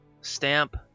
stamp